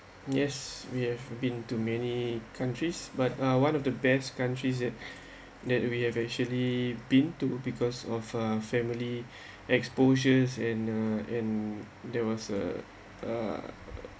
yes we have been to many countries but uh one of the best countries that that we have actually been to because of uh family exposures and uh and there was a uh